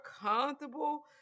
comfortable